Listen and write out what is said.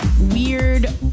weird